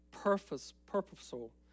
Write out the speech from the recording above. purposeful